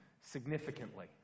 significantly